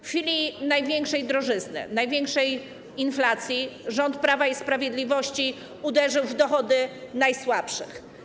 W chwili największej drożyzny, największej inflacji rząd Prawa i Sprawiedliwości uderzył w dochody najsłabszych.